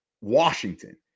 Washington